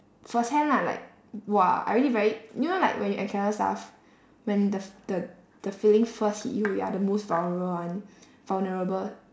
firsthand lah like !wah! I already very you know like when you encounter stuff when the f~ the the feeling first hit you you're the most vulnerable one vulnerable